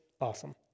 awesome